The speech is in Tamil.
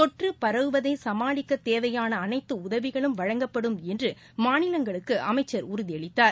தொற்று பரவுவதை சமாளிக்க தேவையான அனைத்து உதவிகளும் வழங்கப்படும் என்று மாநிலங்களுக்கு அமைச்சர் உறுதியளித்தார்